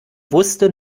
wusste